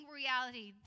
reality